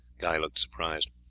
guy looked surprised.